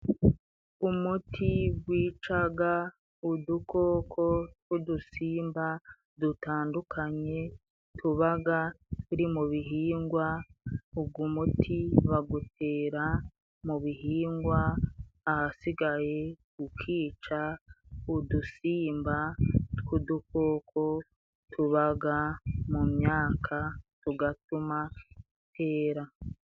Umuti gwicaga udukoko tw'udusimba dutandukanye tubaga turi mu bihingwa, ugwumuti bagutera mu bihingwa ahasigaye ukica udusimba tw'udukoko tubaga mu myaka tugatuma itera.